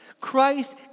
Christ